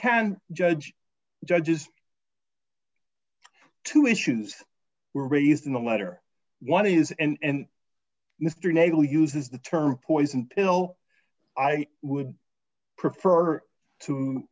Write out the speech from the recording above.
can judge judges two issues were raised in the letter one is and mr nagle uses the term poison pill i would prefer to